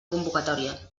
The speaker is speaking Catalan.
convocatòria